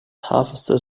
harvested